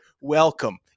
Welcome